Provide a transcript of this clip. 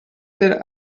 that